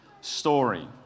story